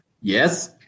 Yes